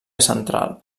central